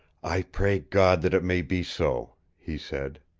i pray god that it may be so, he said.